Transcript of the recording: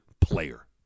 player